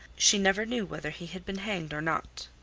she never knew whether he had been hanged or not.